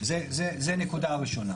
זה הנקודה הראשונה.